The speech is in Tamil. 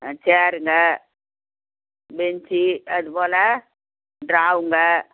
ச்சேருங்க பெஞ்சி அது போல் ட்ராவங்க